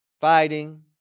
fighting